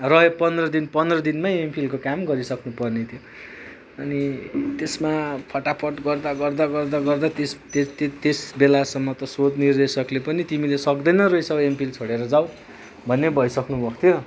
रह्यो पन्ध्र दिन पन्ध्र दिनमै एमफिलको काम गरिसक्नु पर्ने थियो अनि त्यसमा फटाफट गर्दा गर्दा गर्दा गर्दा त्यस त्यसबेलासम्म त शोध निर्देशकले पनि तिमीले सक्दैन रहेछौ एमफिल छोडेर जाऊ भन्ने भइसक्नु भएको थियो